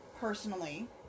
personally